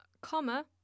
comma